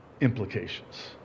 implications